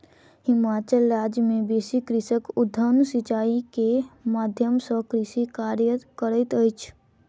हिमाचल राज्य मे बेसी कृषक उद्वहन सिचाई के माध्यम सॅ कृषि कार्य करैत अछि